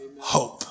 hope